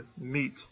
meet